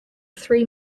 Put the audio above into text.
three